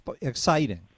exciting